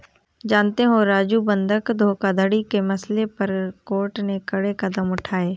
जानते हो राजू बंधक धोखाधड़ी के मसले पर कोर्ट ने कड़े कदम उठाए हैं